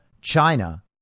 China